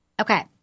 Okay